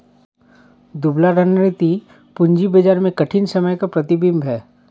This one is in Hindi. दुबला रणनीति पूंजी बाजार में कठिन समय का प्रतिबिंब है